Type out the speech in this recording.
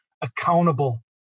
accountable